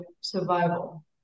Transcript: survival